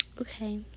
Okay